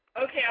Okay